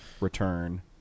return